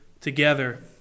together